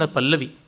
Pallavi